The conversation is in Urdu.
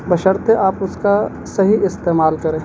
بشرطیہ کہ آپ اس کا صحیح استعمال کریں